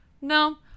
No